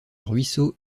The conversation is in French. ruisseaux